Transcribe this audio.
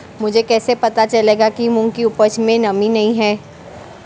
मुझे कैसे पता चलेगा कि मूंग की उपज में नमी नहीं है?